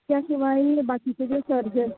त्या शिवाय बाकीचें जे सर्जन